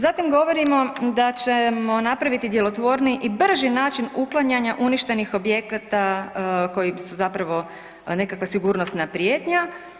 Zatim govorimo da ćemo napraviti djelotvorniji i brži način uklanjanja uništenih objekata koji su zapravo nekakva sigurnosna prijetnja.